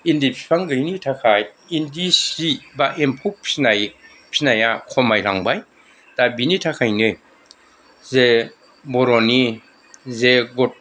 इन्दि बिफां गैयिनि थाखाय इन्दि सि बा एम्फौ फिसिनाय फिसिनाया खमायलांबाय दा बिनि थाखायनो जे बर'नि जे गत